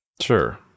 Sure